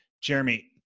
Jeremy